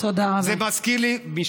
זה מזכיר לי, תודה רבה.